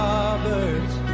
Roberts